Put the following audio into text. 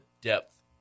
depth